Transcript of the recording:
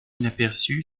inaperçue